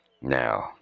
now